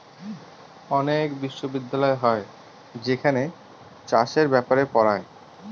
অনেক বিশ্ববিদ্যালয় হয় যেখানে চাষের ব্যাপারে পড়ায়